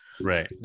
Right